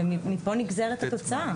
ומפה נגזרת התוצאה.